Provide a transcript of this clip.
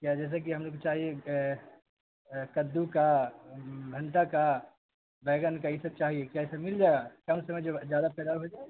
کیا جیسا کہ ہم لوگ کو چاہیے کدو کا بھنٹہ کا بیگن کا یہ سب چاہیے کیا یہ سب مل جائے گا کم سمے جو زیادہ پیدا ہو جائے